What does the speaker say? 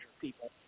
people